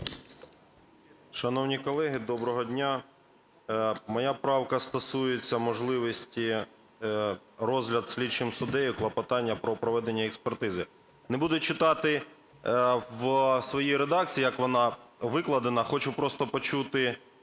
Шановні колеги, доброго дня! Моя правка стосується можливості розгляду слідчим суддею клопотання про проведення експертизи. Не буду читати в своїй редакції, як вона викладена, хочу просто почути